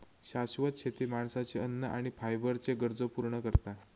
शाश्वत शेती माणसाची अन्न आणि फायबरच्ये गरजो पूर्ण करता